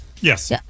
Yes